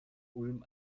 ulm